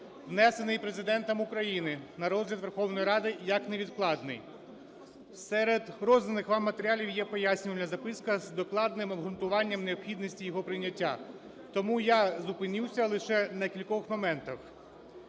внесений Президентом України на розгляд Верховної Ради як невідкладний. Серед розданих вам матеріалів є пояснювальна записка з докладним обґрунтуванням необхідності його прийняття. Тому я зупинюся лише на кількох моментах.